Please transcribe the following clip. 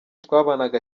twabanaga